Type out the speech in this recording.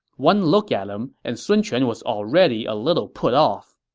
one look at him, and sun quan was already a little put off